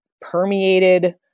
permeated